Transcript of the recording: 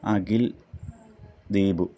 Akhil Deepu